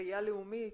ראייה לאומית,